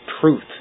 truth